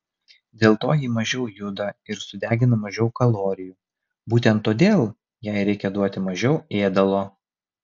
dėl to ji mažiau juda ir sudegina mažiau kalorijų būtent todėl jai reikia duoti mažiau ėdalo